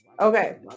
okay